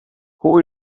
who